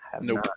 Nope